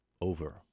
over